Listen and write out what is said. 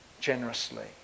generously